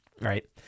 right